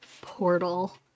portal